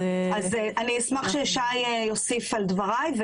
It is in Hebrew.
אז אני אשמח ששי יוסיף על דבריי,